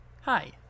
Hi